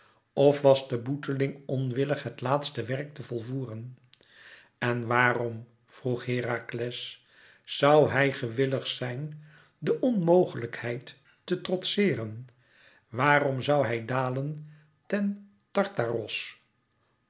of was de boeteling onwillig het laatste werk te volvoeren en waarom vroeg herakles zoû hij gewillig zijn de onmogelijkheid te trotseeren waarom zoû hij dalen ten tartaros